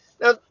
now